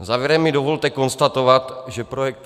Závěrem mi dovolte konstatovat, že projekt